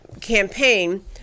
campaign